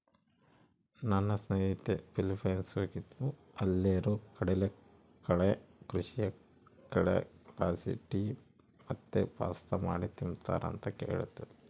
ನನ್ನ ಸ್ನೇಹಿತೆ ಫಿಲಿಪೈನ್ಸ್ ಹೋಗಿದ್ದ್ಲು ಅಲ್ಲೇರು ಕಡಲಕಳೆ ಕೃಷಿಯ ಕಳೆಲಾಸಿ ಟೀ ಮತ್ತೆ ಪಾಸ್ತಾ ಮಾಡಿ ತಿಂಬ್ತಾರ ಅಂತ ಹೇಳ್ತದ್ಲು